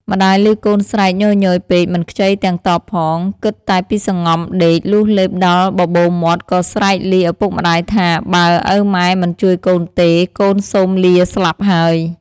ម្ដាយឮកូនស្រែកញយៗពេកមិនខ្ចីទាំងតបផង គិតតែពីសង្ងំដេក លុះលេបដល់បបូរមាត់ក៏ស្រែកលា ឪពុកម្ដាយថា “បើឪម៉ែមិនជួយកូនទេ កូនសូមលាស្លាប់ហើយ” ។